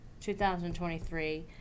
2023